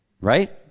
Right